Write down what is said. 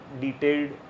detailed